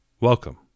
Welcome